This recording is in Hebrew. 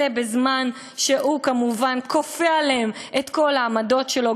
וזה בזמן שהוא כמובן כופה עליהם את כל העמדות שלו,